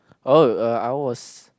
oh uh I was